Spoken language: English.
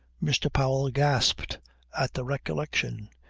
mr. powell gasped at the recollection.